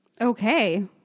Okay